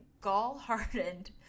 gall-hardened